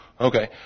Okay